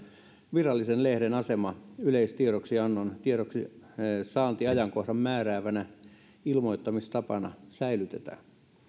virallisen lehden asema yleistiedoksiannon tiedoksisaantiajankohdan määräävänä ilmoittamistapana säilytetään